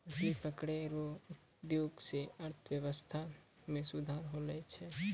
मछली पकड़ै रो उद्योग से अर्थव्यबस्था मे सुधार होलो छै